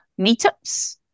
meetups